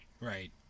Right